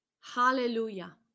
Hallelujah